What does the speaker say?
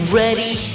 ready